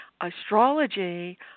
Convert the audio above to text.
astrology